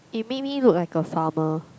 it make me look like a farmer